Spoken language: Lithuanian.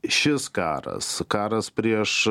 šis karas karas prieš